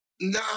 nah